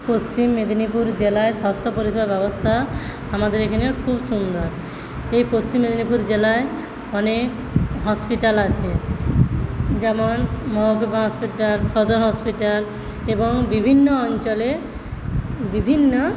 পশ্চিম মেদিনীপুর জেলার স্বাস্থ্য পরিষেবা ব্যবস্থা আমাদের এখানে খুব সুন্দর এই পশ্চিম মেদিনীপুর জেলায় অনেক হসপিটাল আছে যেমন মহকুমা হসপিটাল সদর হসপিটাল এবং বিভিন্ন অঞ্চলে বিভিন্ন